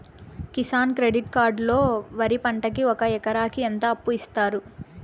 Kisan credit card లో వరి పంటకి ఒక ఎకరాకి ఎంత అప్పు ఇస్తారు?